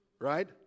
right